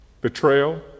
betrayal